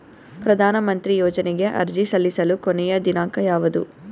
ಪ್ರಧಾನ ಮಂತ್ರಿ ಯೋಜನೆಗೆ ಅರ್ಜಿ ಸಲ್ಲಿಸಲು ಕೊನೆಯ ದಿನಾಂಕ ಯಾವದು?